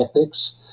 ethics